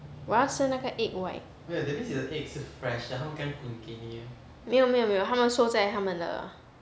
我要吃那个 egg white 没有没有没有他们收在他们的